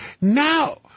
Now